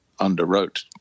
underwrote